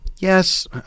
Yes